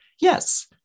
Yes